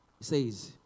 says